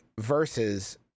versus